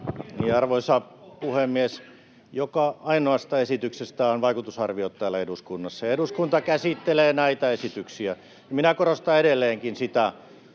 Arvoisa puhemies! Joka ainoasta esityksestä on vaikutusarviot täällä eduskunnassa, ja eduskunta käsittelee näitä esityksiä. Minä korostan edelleenkin sitä,